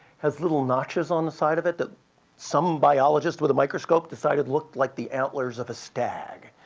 has little notches on the side of it that some biologist with a microscope decided looked like the antlers of a stag.